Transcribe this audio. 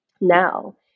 now